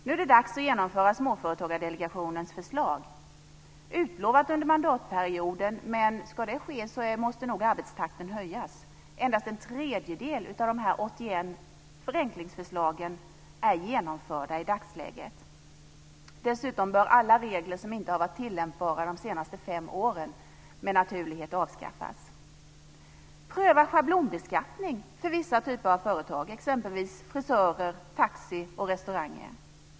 Nu är det dags att genomföra Småföretagardelegationens förslag. Det är utlovat under mandatperioden, men ska det ske måste nog arbetstakten höjas. Endast en tredjedel av dessa 81 förenklingsförslag är genomförda i dagsläget. Dessutom bör alla regler som inte har varit tillämpbara de senaste fem åren med naturlighet avskaffas. Pröva schablonbeskattning för vissa typer av företag, exempelvis frisörer, taxi och restauranger.